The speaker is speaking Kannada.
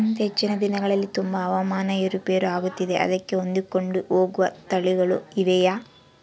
ಇತ್ತೇಚಿನ ದಿನಗಳಲ್ಲಿ ತುಂಬಾ ಹವಾಮಾನ ಏರು ಪೇರು ಆಗುತ್ತಿದೆ ಅದಕ್ಕೆ ಹೊಂದಿಕೊಂಡು ಹೋಗುವ ತಳಿಗಳು ಇವೆಯಾ?